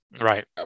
Right